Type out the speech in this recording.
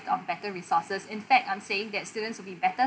of better resources in fact I'm saying that students will be better